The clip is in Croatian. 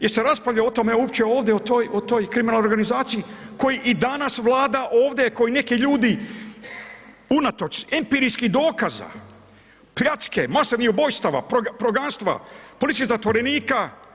Jel se raspravlja o tome uopće ovdje o toj kriminalnoj organizaciji koji i danas vlada ovdje ko i neki ljudi unatoč empirijskih dokaza, pljačke, masovnih ubojstava, progonstva, političkih zatvorenika?